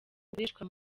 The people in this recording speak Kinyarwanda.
bukoreshwa